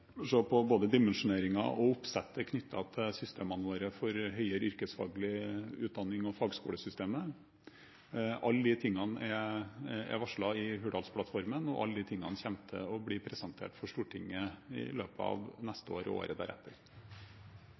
både dimensjoneringen og oppsettet knyttet til systemene våre for høyere yrkesfaglig utdanning og fagskolesystemet. Alle de tingene er varslet i Hurdalsplattformen, og alle de tingene kommer til å bli presentert for Stortinget i løpet av neste år og året deretter.